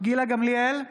גילה גמליאל,